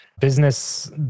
business